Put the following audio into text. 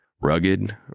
Rugged